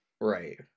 Right